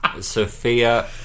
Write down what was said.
Sophia